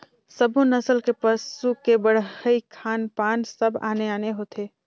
सब्बो नसल के पसू के बड़हई, खान पान सब आने आने होथे